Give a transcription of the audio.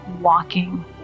walking